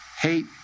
Hate